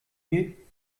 you